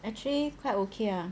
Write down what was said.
actually quite okay ah